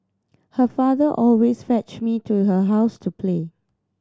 her father always fetch me to her house to play